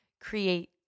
create